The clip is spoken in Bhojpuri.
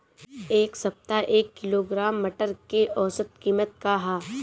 एक सप्ताह एक किलोग्राम मटर के औसत कीमत का ह?